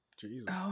Jesus